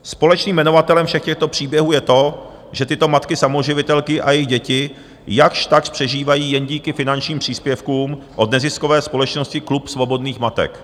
Společným jmenovatelem všech těchto příběhů je to, že tyto matky samoživitelky a jejich děti jakžtakž přežívají jen díky finančním příspěvkům od neziskové společnosti Klub svobodných matek.